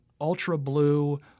ultra-blue